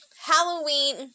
Halloween